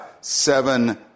seven